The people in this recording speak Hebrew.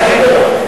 אני צריך, איזו ועדה?